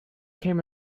came